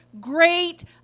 great